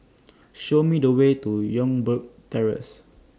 Show Me The Way to Youngberg Terrace